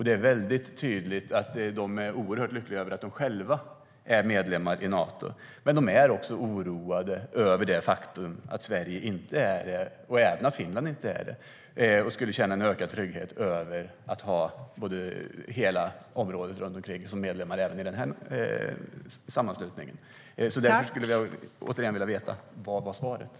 Det är tydligt att de är oerhört lyckliga över att de själva är medlemmar i Nato. Men de är oroade över att Sverige inte är det och även över att Finland inte är det. De skulle känna ökad trygghet av att ha hela området runt omkring sig som medlemmar även i den sammanslutningen.